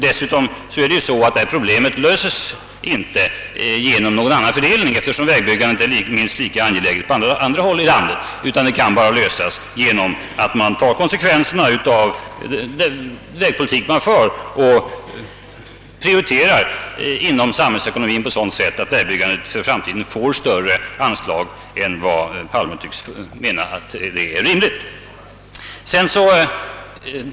Dessutom löser man inte detta problem genom en annan fördelning, eftersom vägbyggandet är minst lika angeläget på andra håll i landet. Det kan bara lösas genom att man tar konsekvenserna av den vägpolitik som förs och prioriterar inom samhällsekonomin på sådant sätt att vägbyggandet i framtiden får större anslag än vad statsrådet Palme tycker är rimligt.